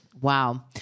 Wow